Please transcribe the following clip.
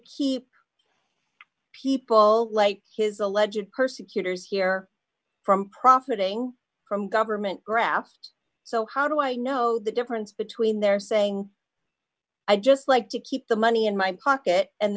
keep people like his alleged persecutors here from profiting from government graft so how do i know the difference between their saying i just like to keep the money in my pocket and